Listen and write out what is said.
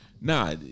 Nah